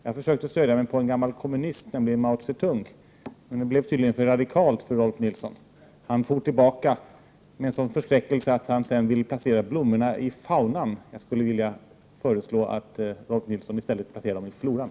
Jag försökte stödja mig på en gammal kommunist, nämligen Mao Zedong, men det blev tydligen för radikalt för Rolf Nilson. Han for tillbaka med en sådan förskräckelse att han sedan ville placera blommorna i faunan. Jag skulle vilja föreslå att Rolf Nilson i stället placerar dem i floran.